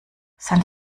sein